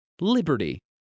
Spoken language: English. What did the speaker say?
Liberty